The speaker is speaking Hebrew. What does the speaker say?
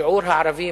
שיעור הערבים